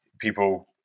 people